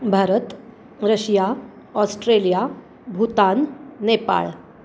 Bharat Russia Australia Bhutan Nepal